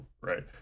right